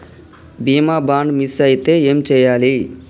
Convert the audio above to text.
బీమా bond miss అయితే ఏం చేయాలి?